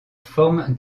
forme